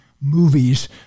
movies